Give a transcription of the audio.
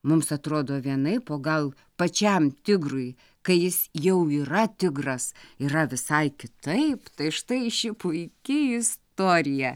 mums atrodo vienaip o gal pačiam tigrui kai jis jau yra tigras yra visai kitaip tai štai ši puiki istorija